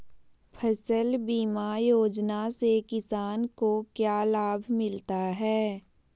फसल बीमा योजना से किसान को क्या लाभ मिलता है?